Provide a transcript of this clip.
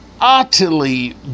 utterly